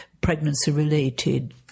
pregnancy-related